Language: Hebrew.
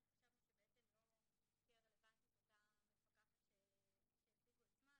חשבנו שלא תהיה רלוונטית אותה מפקחת שהציגו את שמה.